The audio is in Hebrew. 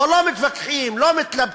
פה לא מתווכחים, לא מתלבטים.